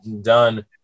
done